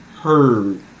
heard